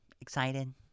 excited